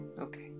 Okay